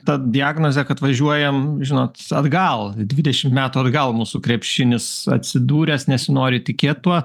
ta diagnozė kad važiuojam žinot atgal dvidešim metų atgal mūsų krepšinis atsidūręs nesinori tikėt tuo